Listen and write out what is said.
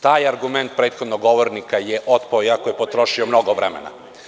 Taj argument prethodnog govornika je otpao, iako je potrošio mnogo vremena.